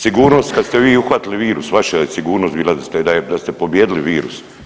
Sigurnost kad ste vi uhvatili virus vaša je sigurnost bila da ste pobijedili virus.